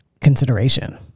consideration